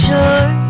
Sure